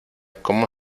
cómo